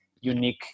unique